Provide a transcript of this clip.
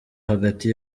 hagati